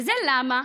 וזה למה?